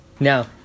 Now